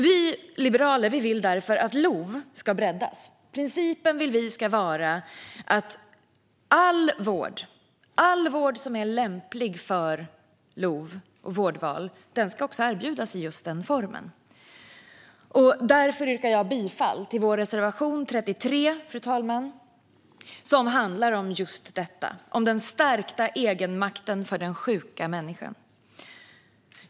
Vi liberaler vill därför att LOV ska breddas: Principen ska vara att all vård som är lämplig för vårdval också ska erbjudas i just den formen. Därför yrkar jag bifall till vår reservation 33, fru talman, som handlar om just stärkt egenmakt för den sjuka människan.